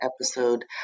episode